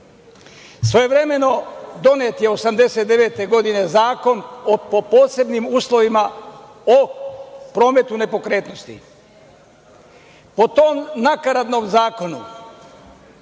Srbije. Svojevremeno donet je 1989. godine Zakona o posebnim uslovima o prometu nepokretnosti. Po tom nakaradnom zakonu